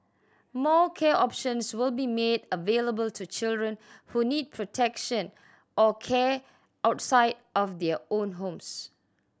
more care options will be made available to children who need protection or care outside of their own homes